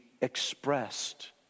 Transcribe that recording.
expressed